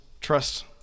trust